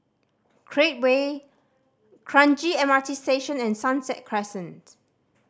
Create Way Kranji M R T Station and Sunset Crescent